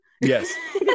Yes